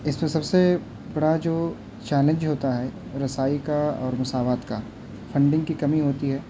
اس میں سب سے بڑا جو چیلنج ہوتا ہے رسائی کا اور مساوات کا فنڈنگ کی کمی ہوتی ہے